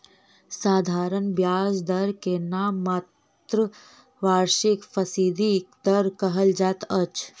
साधारण ब्याज दर के नाममात्र वार्षिक फीसदी दर कहल जाइत अछि